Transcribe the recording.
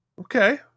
Okay